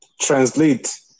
translate